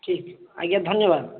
ଠିକ୍ ଆଜ୍ଞା ଧନ୍ୟବାଦ